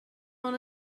ond